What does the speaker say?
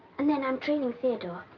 and then i'm training theodore.